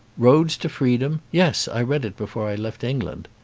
roads to freedom? yes. i read it before i left england.